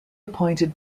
appointed